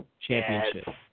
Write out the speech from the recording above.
championship